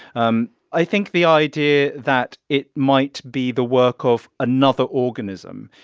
um i think the idea that it might be the work of another organism,